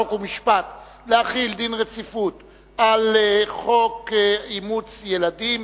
חוק ומשפט על רצונה להחיל דין רציפות על הצעת חוק אימוץ ילדים